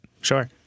Sure